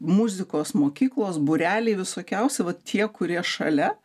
muzikos mokyklos būreliai visokiausi vat tie kurie šalia